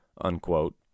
Unquote